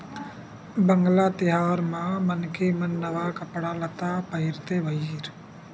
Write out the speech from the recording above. वांगला तिहार म मनखे मन नवा कपड़ा लत्ता पहिरथे भईर